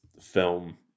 film